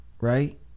Right